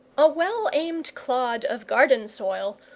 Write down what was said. a well-aimed clod of garden soil,